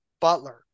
Butler